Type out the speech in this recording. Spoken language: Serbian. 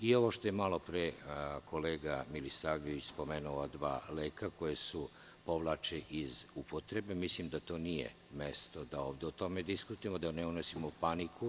Ovo što je malopre kolega Milisavljević spomenuo dva leka koji se povlače iz upotrebe, mislim da nije mesto da ovde o tome diskutujemo, da ne unosimo paniku.